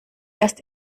erst